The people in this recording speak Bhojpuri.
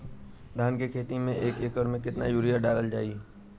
धान के खेती में एक एकड़ में केतना यूरिया डालल जाई?